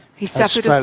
he suffered a